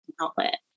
outlet